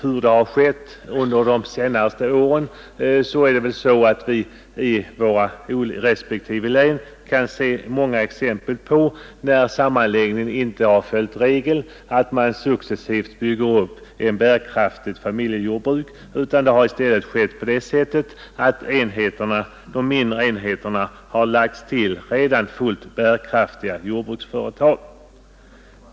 Under de senaste åren har vi i våra respektive län kunnat se många exempel på att man vid sammanläggningen inte följt regeln att ett bärkraftigt familjejordbruk skall byggas upp successivt. I stället har de mindre enheterna lagts till redan fullt bärkraftiga jordbruksföretag.